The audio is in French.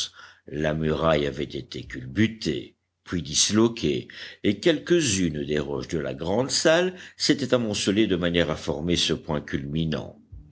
la muraille avait été culbutée puis disloquée et quelques-unes des roches de la grande salle s'étaient amoncelées de manière à former ce point culminant